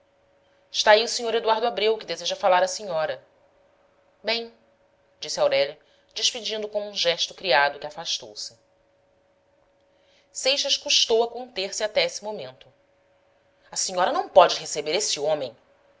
está aí o sr eduardo abreu que deseja falar à senhora bem disse aurélia despedindo com um gesto o criado que afastou-se seixas custou a conter-se até esse momento a senhora não pode receber esse homem